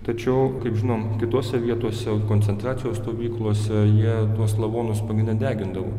tačiau kaip žinom kitose vietose koncentracijos stovyklose jie tuos lavonus pagrinde degindavo